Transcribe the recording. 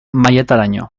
mailataraino